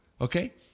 okay